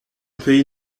pays